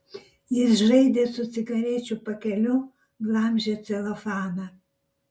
jis žaidė su cigarečių pakeliu glamžė celofaną